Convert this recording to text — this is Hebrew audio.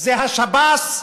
זה השב"ס,